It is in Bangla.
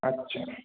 আচ্ছা